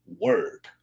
word